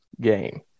game